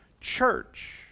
church